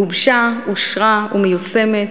גובשה, אושרה ומיושמת,